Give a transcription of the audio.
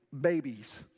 babies